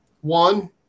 One